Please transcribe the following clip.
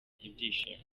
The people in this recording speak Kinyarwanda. ibyishimo